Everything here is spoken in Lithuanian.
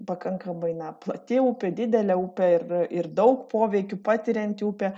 pakankamai na plati upė didelė upė ir ir daug poveikių patirianti upė